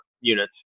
units